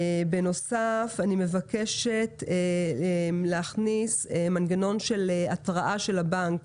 אני מבקשת להכניס מנגנון של התראה של הבנק,